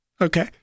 okay